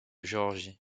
géorgie